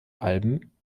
alben